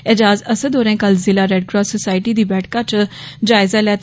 प्रदं ोंक होरें कल ज़िला रेड क्रास सोसाईटी दी बैठका च जायजा लैता